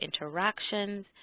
interactions